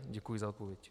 Děkuji za odpověď.